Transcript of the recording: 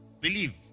believe